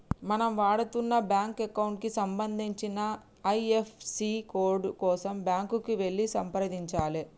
మనం వాడుతున్న bank account కి సంబంధించిన ఐ.ఎఫ్.ఎస్.సి కోడ్ కోసం బ్యాంకుకి వెళ్లి సంప్రదించాలే